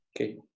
Okay